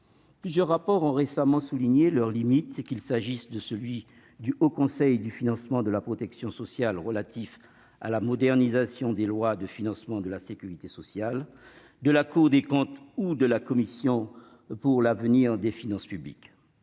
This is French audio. Plusieurs rapports, dont celui du Haut Conseil du financement de la protection sociale relatif à la modernisation des lois de financement de la sécurité sociale, de la Cour des comptes ou de la Commission pour l'avenir des finances publiques,